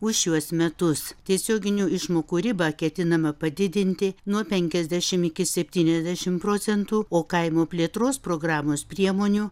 už šiuos metus tiesioginių išmokų ribą ketinama padidinti nuo penkiasdešim iki septyniasdešim procentų o kaimo plėtros programos priemonių